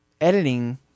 editing